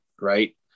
Right